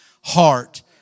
heart